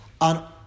on